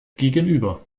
gegenüber